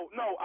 no